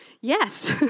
yes